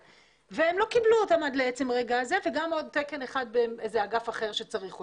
והם לא קיבלו אותם עד לעצם הרגע הזה ועוד תקן אחד באגף אחר שצריך אותו.